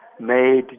made